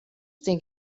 tink